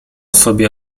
sobie